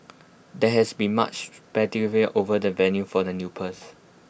there has been much over the venue for the